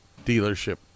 dealership